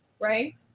Right